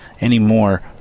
anymore